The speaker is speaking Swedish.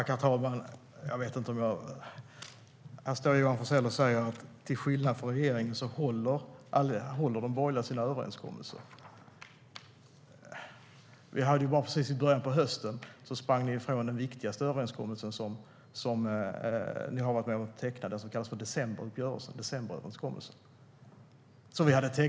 Herr talman! Här står Johan Forssell och säger att till skillnad från regeringen håller de borgerliga sina överenskommelser. Men i början av hösten sprang ni ju ifrån den viktigaste överenskommelsen som ni var med och tecknade, den som kallades för decemberöverenskommelsen.